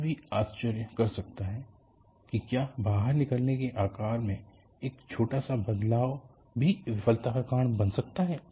कोई भी आश्चर्य कर सकता है कि क्या बाहर निकालने के आकार में एक छोटा सा बदलाव भी विफलता का कारण बन सकता है